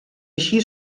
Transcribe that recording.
així